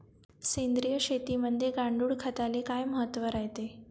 सेंद्रिय शेतीमंदी गांडूळखताले काय महत्त्व रायते?